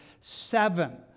seven